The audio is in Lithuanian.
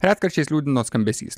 retkarčiais liūdino skambesys